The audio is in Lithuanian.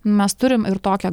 mes turim ir tokią